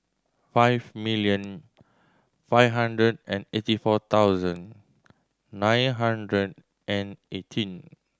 five million five hundred and eighty four thousand nine hundred and eighteen